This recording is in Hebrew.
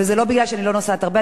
וזה לא משום שאני לא נוסעת הרבה,